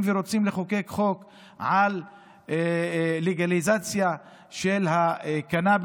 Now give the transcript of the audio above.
ורוצים לחוקק חוק על לגליזציה של הקנביס,